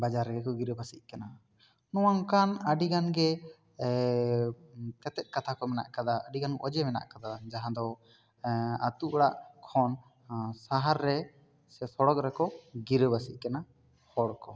ᱵᱟᱡᱟᱨ ᱨᱮᱜᱮ ᱠᱚ ᱜᱤᱨᱟᱹᱵᱟᱹᱥᱤᱜ ᱠᱟᱱᱟ ᱱᱚᱣᱟ ᱚᱱᱠᱟᱱ ᱟᱹᱰᱤ ᱜᱟᱱ ᱜᱮ ᱛᱮᱛᱮᱫ ᱠᱟᱛᱷᱟ ᱠᱚ ᱢᱮᱱᱟᱜ ᱟᱠᱟᱫᱟ ᱟᱹᱰᱤ ᱜᱟᱱ ᱚᱡᱮ ᱢᱮᱱᱟᱜ ᱟᱠᱟᱫᱟ ᱡᱟᱦᱟᱸ ᱫᱚ ᱟᱛᱳ ᱚᱲᱟᱜ ᱠᱷᱚᱱ ᱥᱟᱦᱟᱨ ᱨᱮ ᱥᱮ ᱥᱚᱲᱚᱠ ᱨᱮᱠᱚ ᱜᱤᱨᱟᱹᱵᱟᱹᱥᱤ ᱠᱟᱱᱟ ᱦᱚᱲ ᱠᱚ